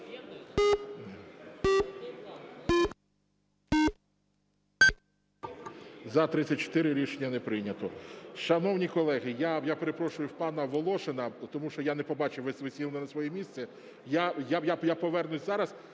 За-34 Рішення не прийнято. Шановні колеги, я перепрошую в пана Волошина, тому що я не побачив, ви сіли не на своє місце. Я повернусь зараз.